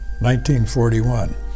1941